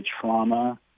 trauma